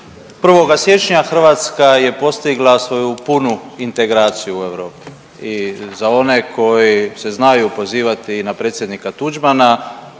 1. siječnja Hrvatska je postigla svoju integraciju u Europi i za one koji se znaju pozivati i na predsjednika Tuđmana